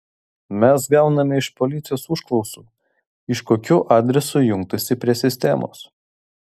mes gauname iš policijos užklausų iš kokių adresų jungtasi prie sistemos